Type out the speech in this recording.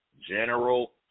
General